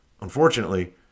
Unfortunately